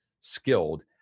skilled